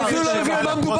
הוא אפילו לא הבין על מה מדובר.